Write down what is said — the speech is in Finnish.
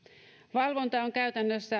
valvonta on käytännössä